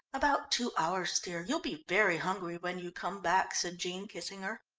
about two hours, dear, you'll be very hungry when you come back, said jean, kissing her.